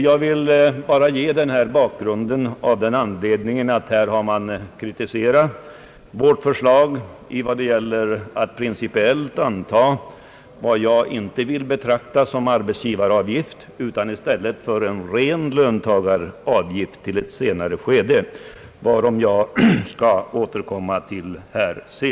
Jag vill ge denna bakgrund av den anledningen att man kritiserat vårt förslag att principiellt anta vad jag inte vill betrakta som arbetsgivaravgift utan i stället som en ren löntagaravgift men uppskjuta ikraftträdandet till ett senare skede, varom jag skall återkomma.